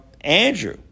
Andrew